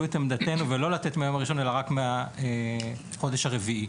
את עמדתנו לא לתת מהיום הראשון אלא רק מהחודש הרביעי.